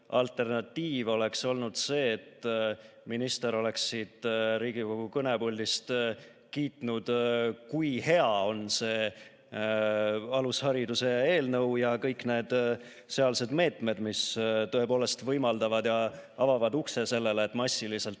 alternatiiv oleks olnud see, et minister oleks siit Riigikogu kõnepuldist kiitnud, kui hea on see alushariduse eelnõu ja kõik sealsed meetmed, mis tõepoolest võimaldavad ja avavad ukse sellele, et massiliselt